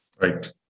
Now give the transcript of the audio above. Right